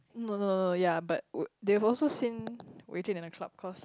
no no no no yea but they'll seen within a club cause